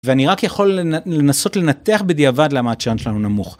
ואני רק יכול לנסות לנתח בדיעבד למה הצ'אנט שלנו נמוך.